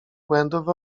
błędów